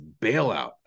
bailout